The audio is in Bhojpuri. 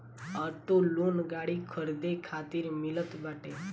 ऑटो लोन गाड़ी खरीदे खातिर मिलत बाटे